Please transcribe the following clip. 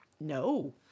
No